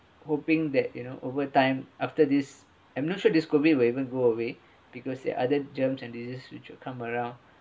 hoping that you know over time after this I'm not sure this COVID will even go away because there are other germs and diseases which will come around